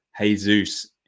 Jesus